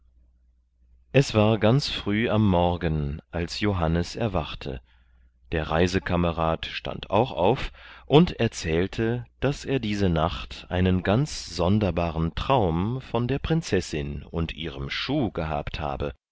es war ganz früh am morgen als johannes erwachte der reisekamerad stand auch auf und erzählte daß er diese nacht einen ganz sonderbaren traum von der prinzessin und ihrem schuh gehabt habe